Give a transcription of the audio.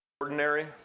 ordinary